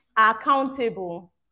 Accountable